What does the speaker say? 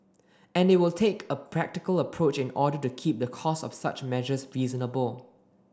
and it will take a practical approach in order to keep the cost of such measures reasonable